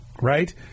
Right